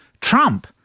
Trump